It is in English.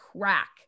crack